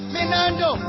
Minando